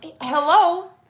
hello